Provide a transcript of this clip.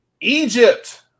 Egypt